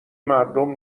مردم